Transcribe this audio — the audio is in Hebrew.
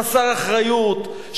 חסר אחריות,